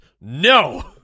No